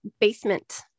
basement